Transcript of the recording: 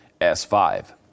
S5